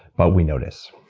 but we notice.